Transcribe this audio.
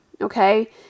okay